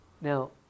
Now